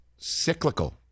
Cyclical